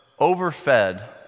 overfed